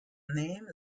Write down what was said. name